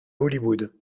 hollywood